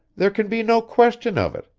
there can be no question of it!